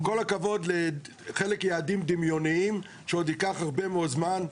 עם כל הכבוד לחלק יעדים דמיוניים שעוד ייקח הרבה מאוד זמן.